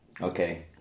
Okay